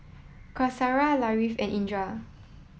Qaisara Latif and Indra